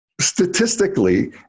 statistically